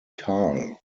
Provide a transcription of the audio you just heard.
karl